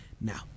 Now